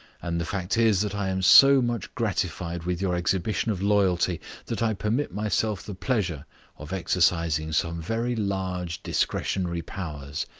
and the fact is that i am so much gratified with your exhibition of loyalty that i permit myself the pleasure of exercising some very large discretionary powers.